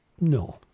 No